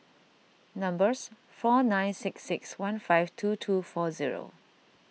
four nine six six one five two two four zero